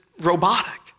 robotic